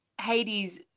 Hades